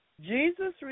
Jesus